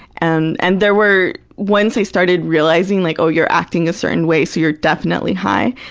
and and there were once i started realizing like, oh, you're acting a certain way, so you're definitely high,